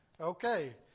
Okay